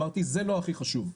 אמרתי זה לא הכי חשוב,